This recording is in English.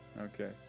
okay